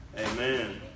Amen